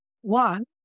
One